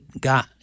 God